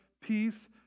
peace